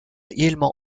également